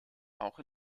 auch